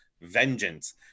vengeance